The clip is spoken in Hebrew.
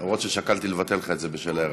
אף ששקלתי לבטל לך את זה בשל הערתך.